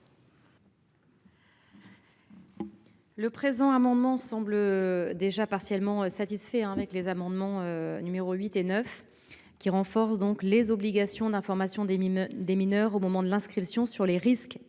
Le présent amendement semble déjà partiellement satisfait avec les amendements numéro 8 et 9 qui renforce donc les obligations d'information des des mineurs au moment de l'inscription sur les risques